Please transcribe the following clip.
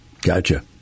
Gotcha